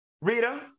Rita